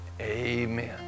Amen